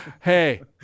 Hey